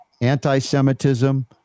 anti-Semitism